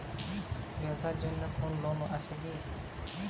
Mobile এর ব্যাবসার জন্য কোন লোন আছে কি?